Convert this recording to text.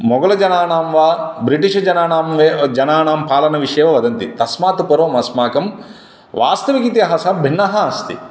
मोगलजनानां वा ब्रिटिश् जनानां वे जनानां पालनविषये वदन्ति तस्मात् पूर्वम् अस्माकं वास्तविकः इतिहासः भिन्नः अस्ति